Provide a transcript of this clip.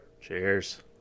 Cheers